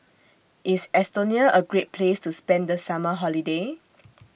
IS Estonia A Great Place to spend The Summer Holiday